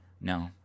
No